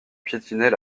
piétinait